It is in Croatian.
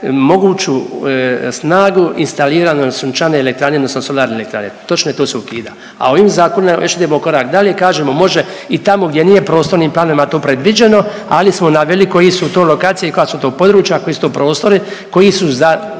moguću snagu instaliranu na sunčane elektrane odnosno solarne elektrane. Točno je, to se ukida, a ovim zakonom još idemo korak dalje i kažemo može i tamo gdje nije prostornim planovima to predviđeno, ali smo naveli koji su to lokacije i koja su to područja, koji su to prostori koji su za